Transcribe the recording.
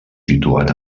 situat